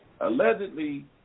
allegedly